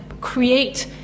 create